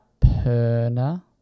Perna